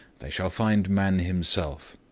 they shall find man himself,